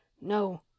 No